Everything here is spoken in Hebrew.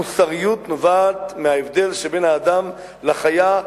המוסריות נובעת מההבדל שבין האדם לחיה,